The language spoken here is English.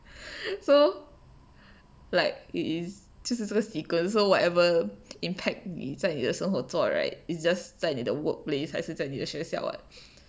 so like it is 就是这个 sequence so whatever impact 你在你的生活坐 right it's just 在你的 workplace 还是在你的学校 [what]